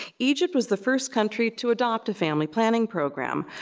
egypt was the first country to adopt a family planning program,